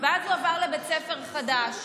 ואז הוא עבר לבית ספר חדש